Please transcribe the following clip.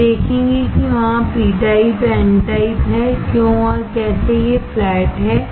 हम देखेंगे कि वहाँ पी टाइप एन टाइप है क्यों और कैसे ये फ्लैट हैं